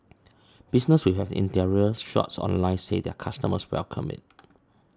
businesses which have their interior shots online said their customers welcome it